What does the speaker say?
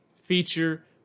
Feature